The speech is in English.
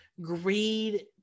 greed